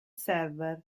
server